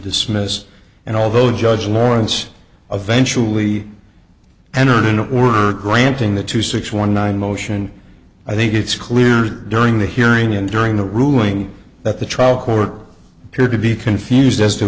dismiss and although judge lowrance eventual e entered in a word granting the two six one nine motion i think it's clear during the hearing and during the ruling that the trial court appeared to be confused as to